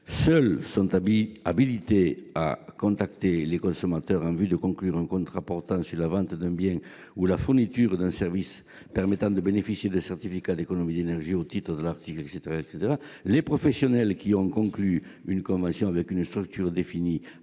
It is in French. Seuls sont habilités à contacter les consommateurs en vue de conclure un contrat portant sur la vente d'un bien ou sur la fourniture d'un service permettant de bénéficier de certificats d'économies d'énergie, au titre de l'article L. 221-7 du code de l'énergie, les professionnels qui ont conclu une convention avec une structure définie